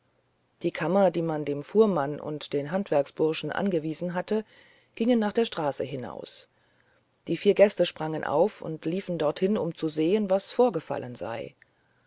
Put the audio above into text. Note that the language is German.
die kammer die man dem fuhrmann und den handwerksburschen angewiesen hatte ging nach der straße hinaus die vier gäste sprangen auf und liefen dorthin um zu sehen was vorgefallen sei